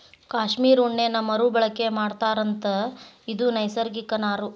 cashmere ಉಣ್ಣೇನ ಮರು ಬಳಕೆ ಮಾಡತಾರಂತ ಇದು ನೈಸರ್ಗಿಕ ನಾರು